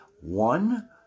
one